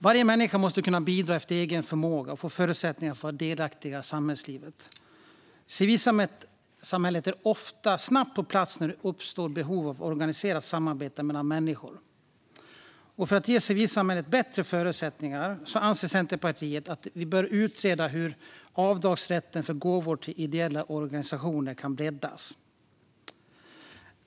Varje människa måste kunna bidra efter egen förmåga och få förutsättningar att vara delaktig i samhällslivet. Civilsamhället är ofta snabbt på plats när det uppstår behov av organiserat samarbete mellan människor. För att ge civilsamhället bättre förutsättningar anser Centerpartiet att det bör utredas hur avdragsrätten för gåvor till ideella organisationer kan breddas.